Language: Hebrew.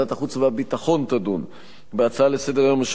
להלן הודעות מטעם ועדת הכנסת